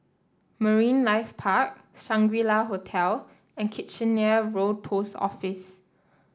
Marine Life Park Shangri La Hotel and Kitchener Road Post Office